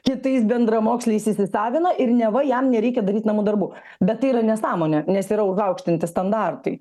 kitais bendramoksliais įsisavina ir neva jam nereikia daryt namų darbų bet tai yra nesąmonė nes yra užaukštinti standartai